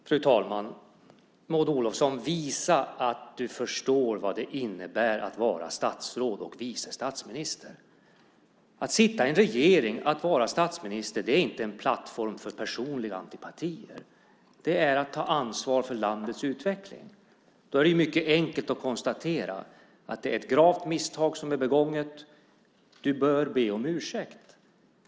Fru talman! Visa, Maud Olofsson, att du förstår vad det innebär att vara statsråd och vice statsminister. Att vara statstråd, vice statsminister, i en regering innebär inte att man har en plattform för att uttrycka personliga antipatier. Det innebär att ta ansvar för landets utveckling. Det är mycket enkelt att konstatera att det är ett gravt misstag som är begånget. Du bör be om ursäkt.